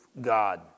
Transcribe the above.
God